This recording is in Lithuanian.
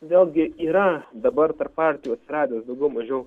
vėlgi yra dabar tarp partijų atsiradęs daugiau mažiau